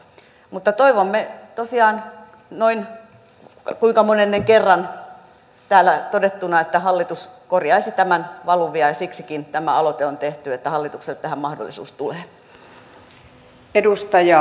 mutta toivomme tosiaan noin kuinka monennen kerran täällä todettuna että hallitus korjaisi tämän valuvian ja siksikin tämä aloite on tehty että hallitukselle tähän mahdollisuus tulee